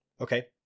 Okay